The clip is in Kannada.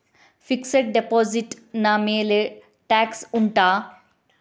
ಫಿಕ್ಸೆಡ್ ಡೆಪೋಸಿಟ್ ನ ಮೇಲೆ ಟ್ಯಾಕ್ಸ್ ಉಂಟಾ